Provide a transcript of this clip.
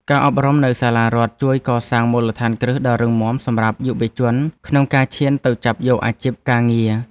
ការអប់រំនៅសាលារដ្ឋជួយកសាងមូលដ្ឋានគ្រឹះដ៏រឹងមាំសម្រាប់យុវជនក្នុងការឈានទៅចាប់យកអាជីពការងារ។